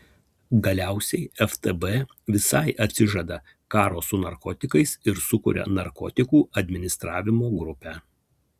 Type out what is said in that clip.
galiausiai ftb visai atsižada karo su narkotikais ir sukuria narkotikų administravimo grupę